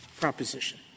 proposition